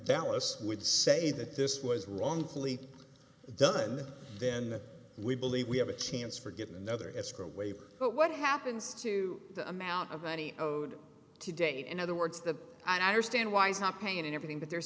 dallas would say that this was wrongfully done then we believe we have a chance for getting another escrow waiver but what happens to the amount of money owed today in other words the and i understand why he's not paying everything but there's